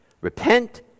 repent